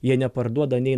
jie neparduoda nei